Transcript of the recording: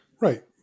Right